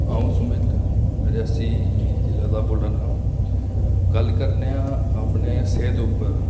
अ'ऊं सुमित रियासी जिला दा बोल्ला ना गल्ल करने आं अपनी सेह्त उप्पर